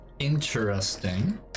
Interesting